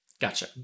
Gotcha